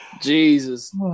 Jesus